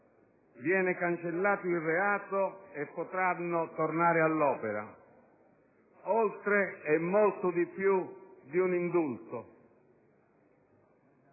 viene cancellato il reato e potranno tornare all'opera. Oltre e molto di più di un indulto.